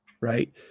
Right